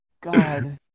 God